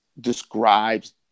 describes